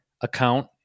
account